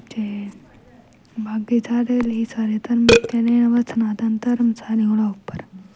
ते बाकी साढ़े लेई सारे धर्म इक्कै नेह् न ब सनातन धर्म सारें कोला उप्पर